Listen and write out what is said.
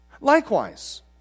Likewise